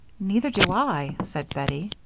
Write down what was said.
neither do i, said bettie.